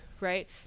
Right